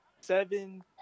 seven